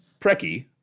Preki